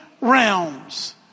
realms